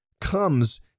comes